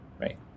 Right